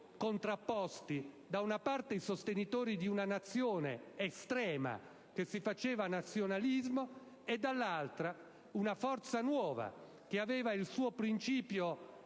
contrapposti, da una parte, i sostenitori di una nazione estrema che si faceva nazionalismo e, dall'altra, una forza nuova che aveva il suo principio